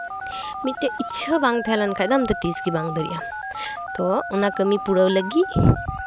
ᱢᱤᱫᱴᱮᱡ ᱤᱪᱪᱷᱟᱹ ᱵᱟᱝ ᱛᱟᱦᱮᱸ ᱞᱮᱱᱠᱷᱟᱡ ᱫᱚ ᱟᱢᱫᱚ ᱛᱤᱥᱜᱮ ᱵᱟᱢ ᱫᱟᱲᱮᱭᱟᱜᱼᱟ ᱛᱳ ᱚᱱᱟ ᱠᱟᱹᱢᱤ ᱯᱩᱨᱟᱹᱣ ᱞᱟᱹᱜᱤᱫ